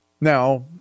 Now